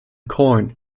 corn